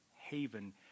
haven